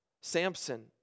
Samson